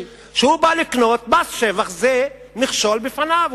כשהוא בא לקנות, מס שבח זה מכשול בפניו.